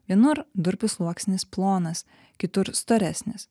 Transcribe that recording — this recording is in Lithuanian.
vienur durpių sluoksnis plonas kitur storesnis